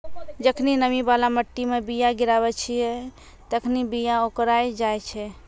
जखनि नमी बाला मट्टी मे बीया गिराबै छिये तखनि बीया ओकराय जाय छै